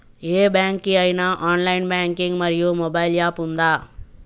ఏ bank కి ఐనా online banking మరియు మొబైల్ యాప్ ఉందా?